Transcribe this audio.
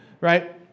Right